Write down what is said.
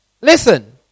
Listen